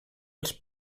els